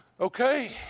Okay